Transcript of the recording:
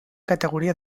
categoria